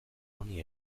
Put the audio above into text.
honi